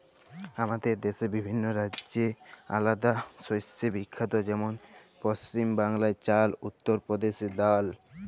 আমাদের দ্যাশে বিভিল্ল্য রাজ্য আলেদা শস্যে বিখ্যাত যেমল পছিম বাংলায় চাল, উত্তর পরদেশে ডাল